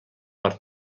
per